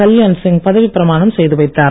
கல்யாண் சிங் பதவி பிரமாணம் செய்து வைத்தார்